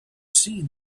seen